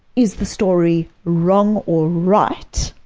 is the story wrong or right?